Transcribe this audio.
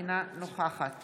אינה נוכחת